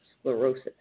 sclerosis